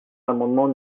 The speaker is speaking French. l’amendement